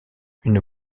une